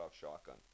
shotgun